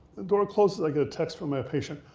the door closes. i get a text from my patient,